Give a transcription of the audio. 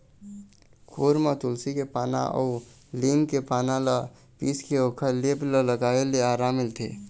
खुर म तुलसी के पाना अउ लीम के पाना ल पीसके ओखर लेप ल लगाए ले अराम मिलथे